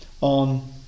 on